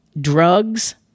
drugs